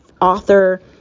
author